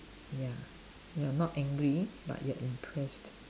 ya you're not angry but you're impressed